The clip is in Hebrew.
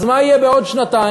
אז מה יהיה בעוד שנתיים?